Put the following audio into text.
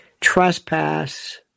Trespass